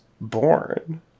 born